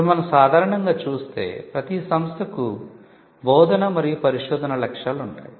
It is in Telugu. ఇప్పుడు మనం సాధారణంగా చూస్తే ప్రతీ సంస్థకు బోధన మరియు పరిశోధన లక్ష్యాలు ఉంటాయి